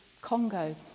Congo